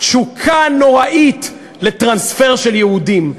תשוקה נוראית לטרנספר של יהודים.